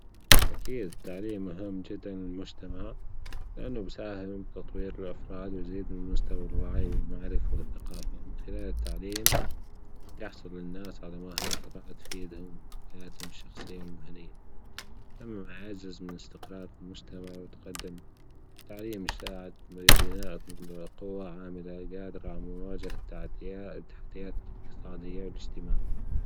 أكيد التعليم مهم جدًا للمجتمع لأنه بيساهم من تطوير الأفراد ويزيد من مستوى الوعي والمعرفة والثقافة من خلال التعليم يحصل الناس على مهارات تفيدهم في حياتهم الشخصية والمهنية مما يعزز من أستقرار المجتمع وتقدمه التعليم يساعد من بناء قوة عاملة جادرة على مواجهة تعدي- تحديات الاقتصادية والأجتماعية.